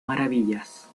maravillas